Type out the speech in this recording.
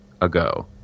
ago